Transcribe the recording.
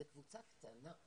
זו קבוצה קטנה.